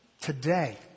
Today